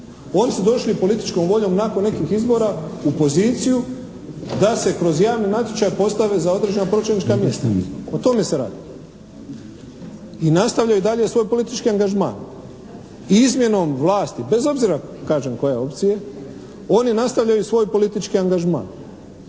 Oni su došli političkom voljom nakon nekih izbora u poziciju da se kroz javni natječaj postave za određena politička mjesta. O tome se radi. I nastavljaju dalje svoj politički angažman. I izmjenom vlasti, bez obzira, kažem, koje opcije, oni nastavljaju svoj politički angažman.